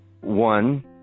one